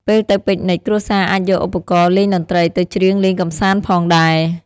ពេលទៅពិកនិច គ្រួសារអាចយកឧបករណ៍លេងតន្ត្រីទៅច្រៀងលេងកម្សាន្តផងដែរ។